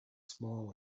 small